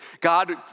God